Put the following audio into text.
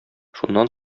шуннан